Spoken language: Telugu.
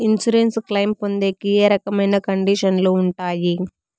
ఇన్సూరెన్సు క్లెయిమ్ పొందేకి ఏ రకమైన కండిషన్లు ఉంటాయి?